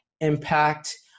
Impact